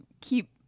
keep